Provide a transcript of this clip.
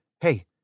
Hey